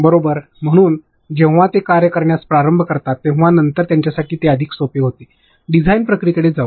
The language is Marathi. बरोबर म्हणून जेव्हा ते कार्य करण्यास प्रारंभ करतात तेव्हा नंतर त्यांच्यासाठी हे अधिक सोपे होईल डिझाइन प्रक्रियेकडे जाऊ